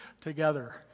together